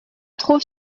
trouve